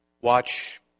watch